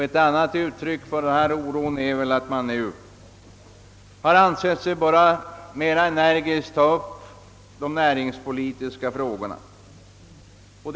Ett annat uttryck för denna oro är att man nu ansett sig böra mera energiskt ta upp de näringspolitiska problemen.